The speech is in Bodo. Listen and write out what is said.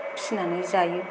फिसिनानै जायो